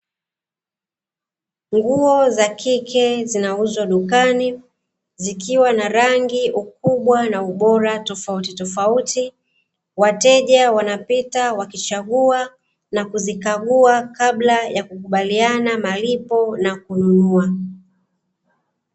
Nguo za kike zinauzwa dukani zikiwa na rangi, ukubwa na ubora tofauti tofauti. wateja wanapita wakichagua na kuzikagua kabla ya kukubaliana malipo na kununua.